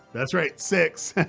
that's right, six.